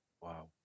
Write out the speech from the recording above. Wow